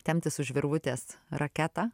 temptis už virvutės raketą